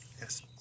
yes